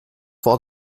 vor